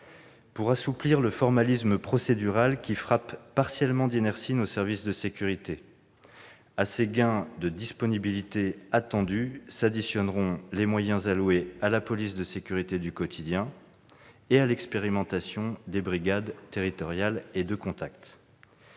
pour assouplir le formalisme procédural qui frappe partiellement d'inertie nos services de sécurité. À ces gains de disponibilité attendus s'additionneront les moyens alloués à la police de sécurité du quotidien et à l'expérimentation des brigades territoriales de contact.